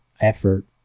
effort